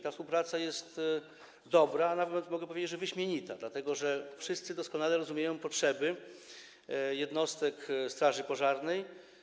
Ta współpraca jest dobra, a nawet, mogę powiedzieć, wyśmienita, dlatego że wszyscy doskonale rozumieją potrzeby jednostek straży pożarnej.